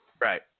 Right